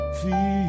feel